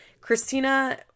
Christina